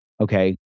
okay